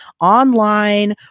online